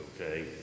okay